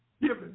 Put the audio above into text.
given